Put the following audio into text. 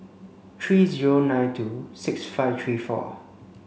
three zero nine two six five three four